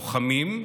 לוחמים,